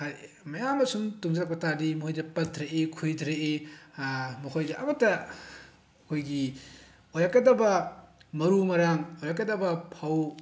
ꯃꯌꯥꯝꯃ ꯁꯨꯝ ꯇꯨꯡꯖꯤꯜꯂꯛꯄ ꯇꯥꯔꯗꯤ ꯃꯣꯏꯗ ꯄꯠꯊꯔꯛꯏ ꯈꯨꯏꯊꯔꯛꯏ ꯃꯈꯣꯏꯗꯤ ꯑꯃꯠꯇ ꯑꯩꯈꯣꯏꯒꯤ ꯑꯣꯏꯔꯛꯀꯗꯕ ꯃꯔꯨ ꯃꯔꯥꯡ ꯑꯣꯏꯔꯛꯀꯗꯕ ꯐꯧ